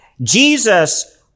Jesus